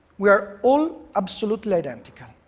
we are all absolutely identical.